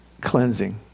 cleansing